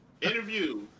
interview